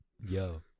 Yo